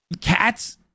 Cats